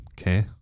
Okay